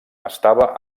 estava